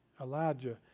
Elijah